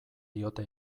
diote